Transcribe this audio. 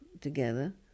together